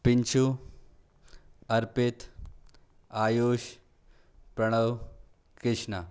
Pinchu Arpit Ayush Pranav Krishna